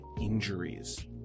injuries